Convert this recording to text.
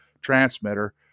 transmitter